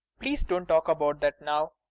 please don't talk about that now.